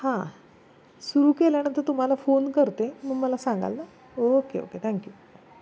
हां सुरू केल्यानंतर तुम्हाला फोन करते मग मला सांगाल ना ओके ओके थँक्यू